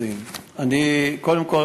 קודם כול,